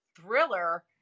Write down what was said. thriller